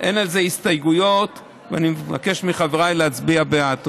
אין לזה הסתייגויות, ואני מבקש מחבריי להצביע בעד.